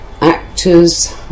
actors